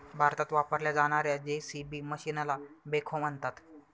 भारतात वापरल्या जाणार्या जे.सी.बी मशीनला बेखो म्हणतात